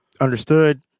Understood